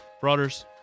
Brothers